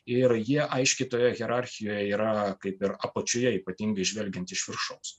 ir jie aiškiai toje hierarchijoje yra kaip ir apačioje ypatingai žvelgiant iš viršaus